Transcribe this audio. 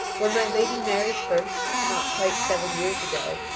when my lady married first, not quite seven years ago,